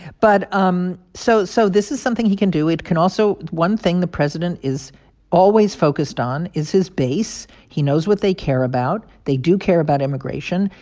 but um so so this is something he can do. it can also one thing the president is always focused on is his base. he knows what they care about. they do care about immigration,